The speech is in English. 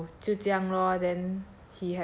就就这样 lor then